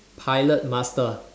pilot master